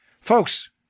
Folks